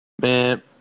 man